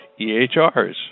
EHRs